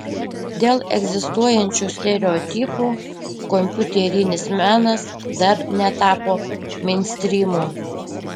dėl egzistuojančių stereotipų kompiuterinis menas dar netapo meinstrymu